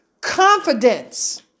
Confidence